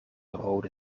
rode